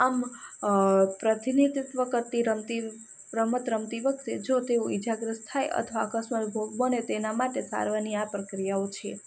આમ પ્રતિનિધિત્વ કરતી રમતી રમત રમતી વખતે જો તેઓ ઇજા ગ્રહસ્થ થાયે અથવા અકસ્માતનો ભોગ બને તેના માટે સારવારની આ પ્રક્રિયાઓ છે